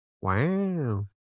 Wow